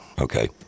okay